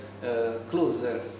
closer